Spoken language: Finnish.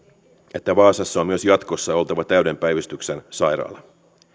että vaasassa on myös jatkossa oltava täyden päivystyksen sairaala